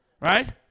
Right